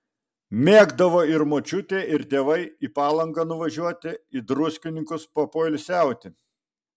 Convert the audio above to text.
mėgdavo ir močiutė ir tėvai į palangą nuvažiuoti į druskininkus papoilsiauti